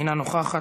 אינה נוכחת.